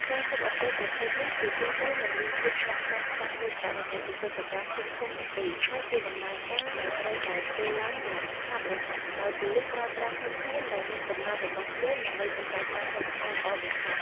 ការស៊ើបអង្កេតប្រភេទនេះជាទូទៅមិនមានភាពស្មុគស្មាញខ្លាំងដូចករណីឧក្រិដ្ឋកម្មធំៗនោះទេ ហើយជាដំណើរការដែលត្រូវតែធ្វើឡើងយ៉ាងឆាប់រហ័ស ដោយប៉ូលិសប្រើប្រាស់ធនធានដែលមានកំណត់របស់ខ្លួនដើម្បីសម្រេចបានលទ្ធផលល្អបំផុត។